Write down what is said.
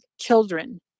children